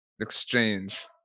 exchange